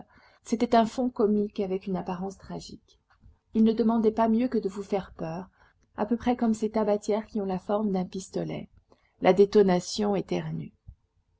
c'était un fond comique avec une apparence tragique il ne demandait pas mieux que de vous faire peur à peu près comme ces tabatières qui ont la forme d'un pistolet la détonation éternue